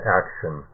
action